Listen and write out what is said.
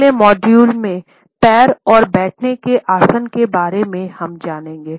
अगले मॉड्यूल में पैर और बैठने के आसन के बारे में जनेगे